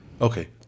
okay